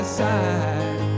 side